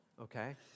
okay